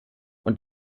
und